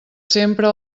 sempre